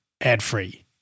ad-free